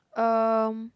um